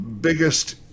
biggest